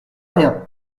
rien